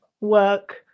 work